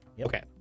Okay